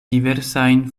diversajn